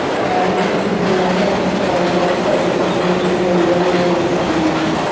and which could be referred for, you know, further information in learning and dissemination.